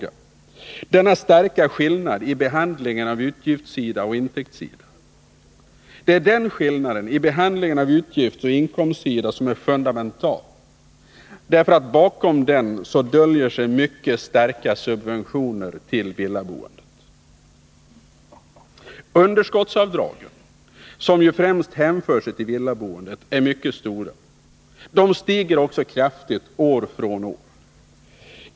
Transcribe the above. Varför denna starka skillnad i behandlingen av utgiftssida och intäktssida? skulle de säkert ha frågat. Denna skillnad i behandlingen av utgiftsoch inkomstsida är fundamental, därför att bakom den döljer sig mycket starka subventioner till villaboendet. Underskottsavdragen, som ju främst hänför sig till villaboendet, är nu mycket stora. De stiger också kraftigt år från år.